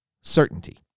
certainty